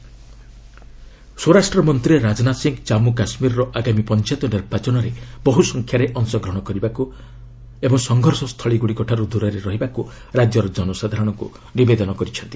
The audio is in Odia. ରାଜନାଥ ସିଂହ ସ୍ୱରାଷ୍ଟ୍ରମନ୍ତ୍ରୀ ରାଜନାଥ ସିଂହ କାମ୍ମୁ କାଶ୍କୀରର ଆଗାମୀ ପଞ୍ଚାୟତ ନିର୍ବାଚନରେ ବହୁ ସଂଖ୍ୟାରେ ଅଂଶଗ୍ରହଣ କରିବା ଓ ସଂଘର୍ଷ ସ୍ଥଳୀଠାରୁ ଦୂରରେ ରହିବାକୁ ରାଜ୍ୟର ଜନସାଧାରଣଙ୍କୁ ନିବେଦନ କରିଛନ୍ତି